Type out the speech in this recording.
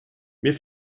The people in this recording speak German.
mir